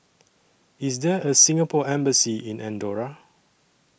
IS There A Singapore Embassy in Andorra